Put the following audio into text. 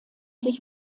sich